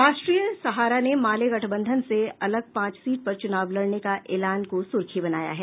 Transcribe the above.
राष्ट्रीय सहारा ने माले महागठबंधन से अलग पांच सीट पर चुनाव लड़ने का ऐलान को सुर्खी बनाया है